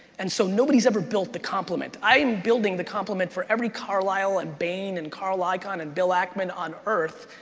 and so nobody's ever built the complement, i am building the complement for ever carlisle and bain and carl icahn and bill ackman on earth,